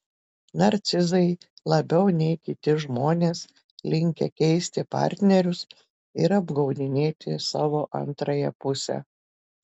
narcizai labiau nei kiti žmonės linkę keisti partnerius ir apgaudinėti savo antrąją pusę